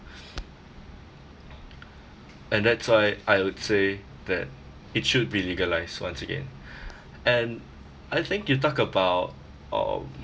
and that's why I would say that it should be legalised once again and I think you talk about um